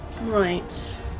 Right